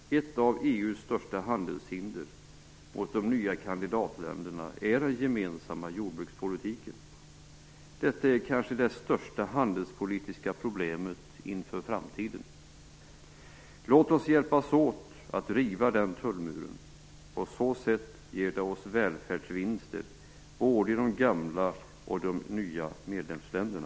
Ett av EU:s största handelshinder gentemot de nya kandidatländerna är den gemensamma jordbrukspolitiken. Detta är kanske det störta handelspolitiska problemet inför framtiden. Låt oss hjälpas åt att riva den tullmuren. På så sätt ger det oss välfärdsvinster både i de gamla och i de nya medlemsländerna.